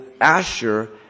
Asher